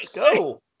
go